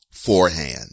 Forehand